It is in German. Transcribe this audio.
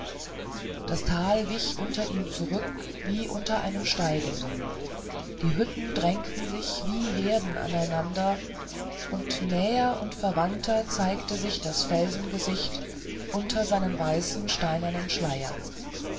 das tal wich unter ihm zurück wie unter einem steigenden die hütten drängten sich wie herden aneinander und näher und verwandter zeigte sich das felsengesicht unter seinen weißen steinernen schleiern